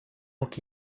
och